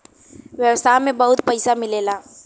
व्यवसाय में बहुत पइसा मिलेला